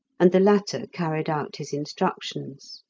and the latter carried out his instructions.